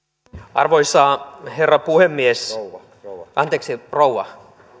arvoisa herra puhemies anteeksi rouva